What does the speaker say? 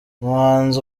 umuhanzi